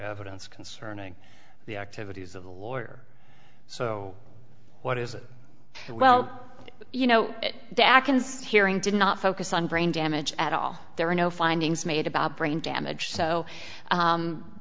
evidence concerning the activities of the lawyer so what is it well you know dac instead hearing did not focus on brain damage at all there were no findings made about brain damage so